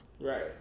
right